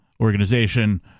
organization